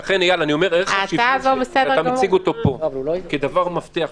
לכן אייל אני אומר שערך השוויון שאתה מציג פה כדבר מבטיח,